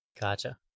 Gotcha